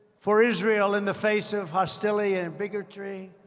for israel in the face of hostility and bigotry.